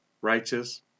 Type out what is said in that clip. righteous